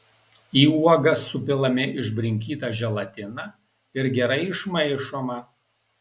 į uogas supilami išbrinkyta želatina ir gerai išmaišoma